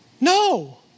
No